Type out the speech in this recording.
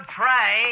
pray